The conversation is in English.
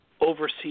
oversee